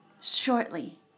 Shortly